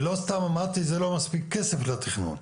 ולא סתם אמרתי שזה לא מספיק כסף לתכנון.